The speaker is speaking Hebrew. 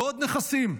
בעוד נכסים,